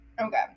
Okay